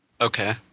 Okay